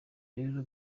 rero